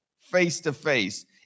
face-to-face